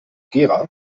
gera